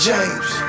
James